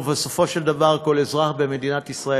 ובסופו של דבר כל אזרח במדינת ישראל